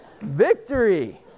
Victory